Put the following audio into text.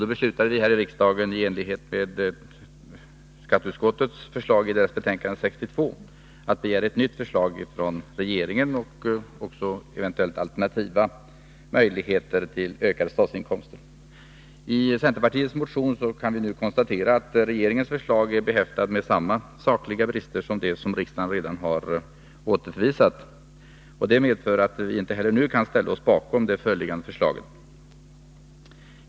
Då beslutade vi, i enlighet med skatteutskottets förslag i dess betänkande nr 62, att begära ett nytt förslag från regeringen och eventuellt också alternativa möjligheter till ökade statsinkomster. I centerpartiets motion konstateras att regeringens nu föreliggande förslag är behäftat med samma sakliga brister som det förslag riksdagen återförvisade. Det medför att vi inte heller nu kan ställa oss bakom förslaget.